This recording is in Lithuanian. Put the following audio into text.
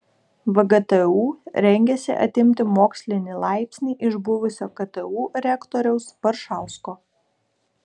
vgtu rengiasi atimti mokslinį laipsnį iš buvusio ktu rektoriaus baršausko